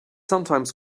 sometimes